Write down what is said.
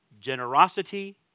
generosity